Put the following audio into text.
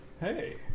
Hey